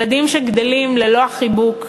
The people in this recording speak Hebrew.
אלה ילדים שגדלים ללא החיבוק,